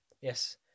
Yes